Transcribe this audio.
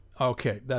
Okay